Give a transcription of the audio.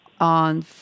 on